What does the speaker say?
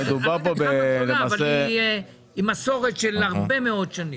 היא עם מסורת של הרבה מאוד שנים.